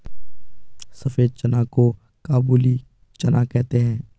सफेद चना को काबुली चना कहते हैं